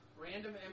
Random